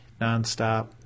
nonstop